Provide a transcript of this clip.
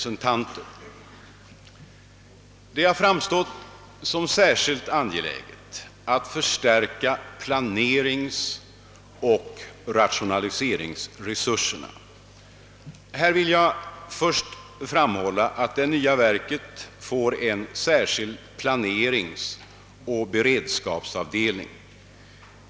Jag vill med anledning av herr Harald Petterssons inlägg parentetiskt säga att vid utarbetandet av denna proposition, vilket i hög grad har skett efter kontakter med huvudmännen, har vi självfallet varit angelägna om att åstadkomma att just detta samarbete skulle få ett konkret uttryck i verkets styrelse. Det har också framstått som en viktig angelägenhet att förstärka planeringsoch rationaliseringsresurserna. Här vill jag först framhålla att det nya verket får en särskild planeringsoch beredskapsavdelning.